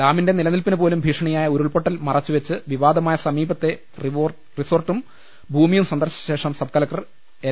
ഡാമിന്റെ നിലനിൽപ്പിന് പോലും ഭീഷ ണിയായ ഉരുൾപൊട്ടൽ മറച്ചുവെച്ച് വിവാദമായ സമീപത്തെ റിസോർട്ടും ഭൂമിയും സന്ദർശിച്ചശേഷം സബ്കലക്ടർ എൻ